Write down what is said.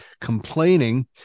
complaining